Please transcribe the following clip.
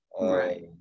right